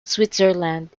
switzerland